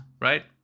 right